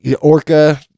orca